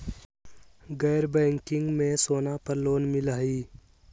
गैर बैंकिंग में सोना पर लोन मिलहई?